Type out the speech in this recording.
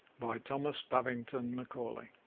by thomas babington macaulay.